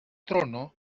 trono